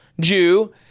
Jew